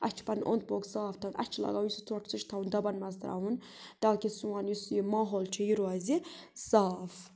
اَسہِ چھُ پَنُن اوٚنٛد پوٚک صاف تھاوُن اَسہِ چھُ لگُن یُس یہِ ژھۄٹھ سُہ چھُ تھاوُن دَبَن منٛز ترٛاوُن تاکہِ سون یُس یہِ ماحول چھُ یہِ روزِ صاف